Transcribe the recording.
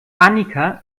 annika